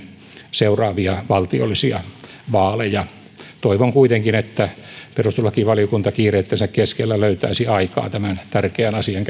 seuraavia valtiollisia vaaleja toivon kuitenkin että perustuslakivaliokunta kiireittensä keskellä löytäisi aikaa tämän tärkeän asian